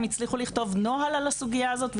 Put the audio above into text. הם הצליחו לכתוב נוהל על הסוגיה הזאת,